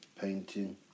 painting